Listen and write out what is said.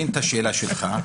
שלך,